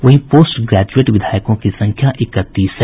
वहीं post graduate विधायकों की संख्या इकतीस हैं